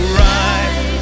right